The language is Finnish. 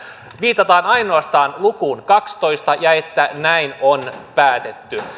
viitataan ainoastaan lukuun kaksitoista ja siihen että näin on päätetty